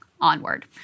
onward